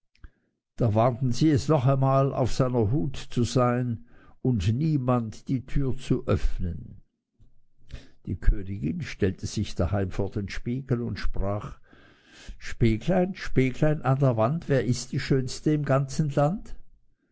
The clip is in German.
da warnten sie es noch einmal auf seiner hut zu sein und niemand die türe zu öffnen die königin stellte sich daheim vor den spiegel und sprach spieglein spieglein an der wand wer ist die schönste im ganzen land